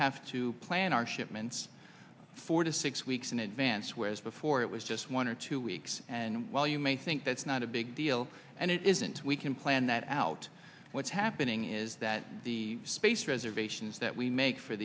have to plan our shipments four to six weeks in advance whereas before it was just one or two weeks and while you may think that's not a big deal and it isn't we can plan that out what's happening is that the space reservations that we make for